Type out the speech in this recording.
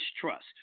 trust